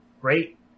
great